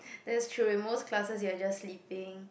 that's true in most classes you are just sleeping